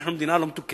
אנחנו מדינה לא מתוקנת,